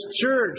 Church